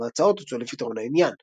כמה הצעות הוצעו לפתרון העניין.